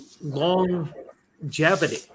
longevity